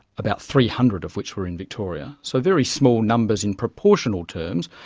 about three hundred of which were in victoria. so very small numbers in proportional terms.